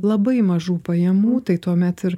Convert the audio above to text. labai mažų pajamų tai tuomet ir